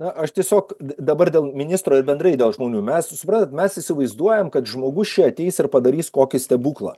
na aš tiesiog dabar dėl ministro ir bendrai dėl žmonių mes suprantat mes įsivaizduojam kad žmogus čia ateis ir padarys kokį stebuklą